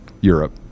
Europe